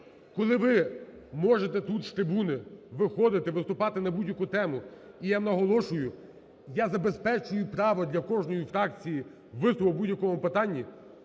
Коли ви можете тут з трибуни виходити виступати на будь-яку тему, і я наголошую, я забезпечую право для кожної фракції виступу в будь-якому питанні,